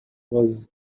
was